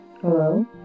Hello